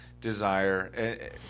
desire